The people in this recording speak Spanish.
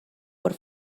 por